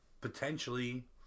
potentially